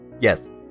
yes